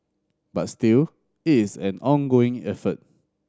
but still it is an ongoing effort